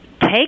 take